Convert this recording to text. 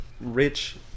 Rich